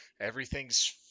everything's